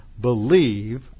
believe